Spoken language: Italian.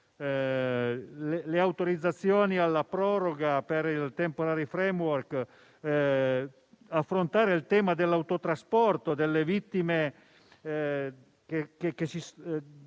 le autorizzazioni alla proroga per il *temporary* *framework*, affrontare il tema dell'autotrasporto, del sostegno ai